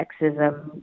sexism